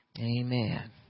Amen